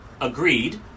Agreed